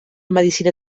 medicina